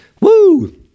Woo